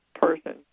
person